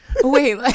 Wait